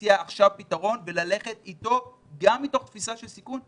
להציע עכשיו פתרון וללכת אתו גם מתוך תפיסה של סיכון,